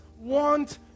want